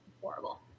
horrible